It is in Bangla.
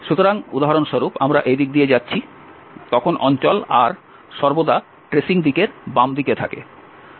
সুতরাং উদাহরণস্বরূপ আমরা এই দিক দিয়ে যাচ্ছি তখন অঞ্চল R সর্বদা ট্রেসিং দিকের বাম দিকে থাকে